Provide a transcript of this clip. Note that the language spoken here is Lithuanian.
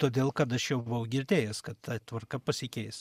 todėl kad aš jau buvau girdėjęs kad ta tvarka pasikeis